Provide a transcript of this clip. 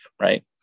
right